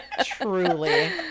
Truly